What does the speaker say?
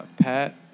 Pat